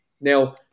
Now